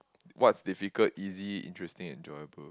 what's difficult easy interesting and enjoyable